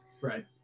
Right